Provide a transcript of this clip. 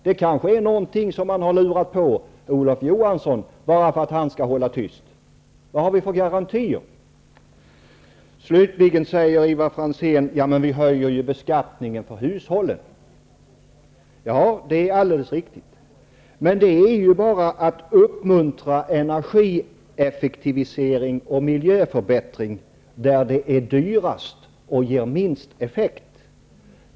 Det kanske är någonting som man har lurat på Olof Johansson bara för att han skall hålla tyst. Vad har vi för garantier? Slutligen säger Ivar Franzén att man höjer beskattningen för hushållen. Det är riktigt. Det är dock bara fråga om att uppmuntra energieffektivisering och miljöförbättring där det är dyrast och ger minst effekt.